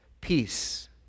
Peace